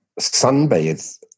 sunbathe